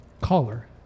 caller